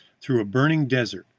through a burning desert,